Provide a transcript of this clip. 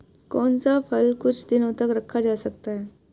कौन सा फल कुछ दिनों तक रखा जा सकता है?